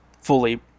fully